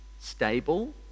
stable